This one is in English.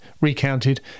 recounted